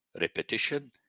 repetition